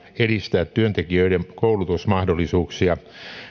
edistää työntekijöiden koulutusmahdollisuuksia